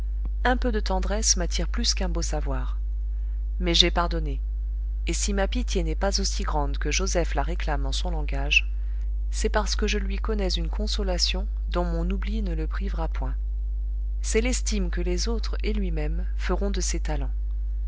un peu de tendresse m'attire plus qu'un beau savoir mais j'ai pardonné et si ma pitié n'est pas aussi grande que joseph la réclame en son langage c'est parce que je lui connais une consolation dont mon oubli ne le privera point c'est l'estime que les autres et lui-même feront de ses talents